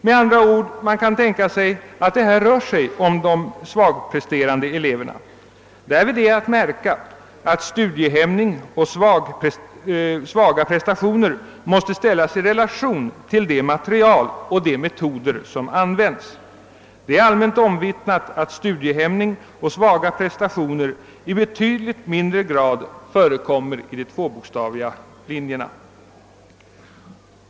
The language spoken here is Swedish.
Man kan med andra ord tänka sig att det gäller de svagpresterande eleverna. Därvid är att märka, att studiehämning och svaga prestationer måste ställas i relation till det material och de metoder som använts. Det är allmänt omvittnat att studiehämning och svaga prestationer förekommer i betydligt mindre grad inom de tvåbokstaviga linjerna än inom Övriga linjer.